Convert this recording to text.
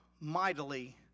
mightily